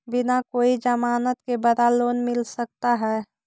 बिना कोई जमानत के बड़ा लोन मिल सकता है?